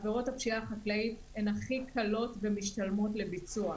עבירות הפשיעה החקלאית הן הכי קלות ומשתלמות לביצוע.